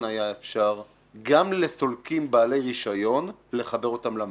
היה גם לסולקים בעלי רישיון לחבר אותם למערכת.